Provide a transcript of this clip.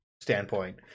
standpoint